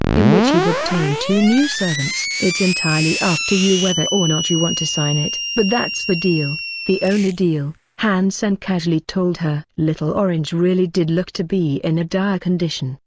in which he'd obtain two new servants. it's entirely up to you whether or not you want to sign it. but that's the deal the only deal, han sen casually told her. little orange really did look to be in a dire condition,